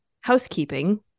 housekeeping